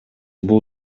бул